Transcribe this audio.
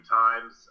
times